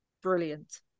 brilliant